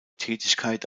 tätigkeit